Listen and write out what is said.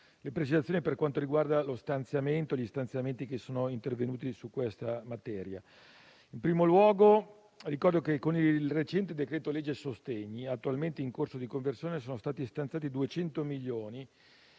una precisazione per quanto riguarda gli stanziamenti intervenuti su questa materia. In primo luogo, ricordo che con il recente decreto-legge sostegni, attualmente in corso di conversione, sono stati stanziati 200 milioni